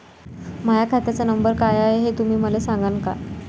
माह्या खात्याचा नंबर काय हाय हे तुम्ही मले सागांन का?